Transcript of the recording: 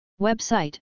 Website